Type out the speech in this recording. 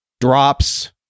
drops